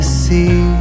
see